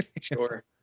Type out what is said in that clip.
sure